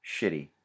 shitty